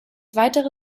weitere